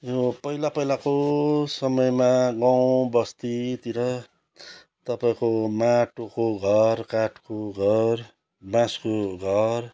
यो पहिला पहिलाको समयमा गाउँबस्तीतिर तपाइँको माटोको घर काठको घर बाँसको घर